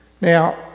Now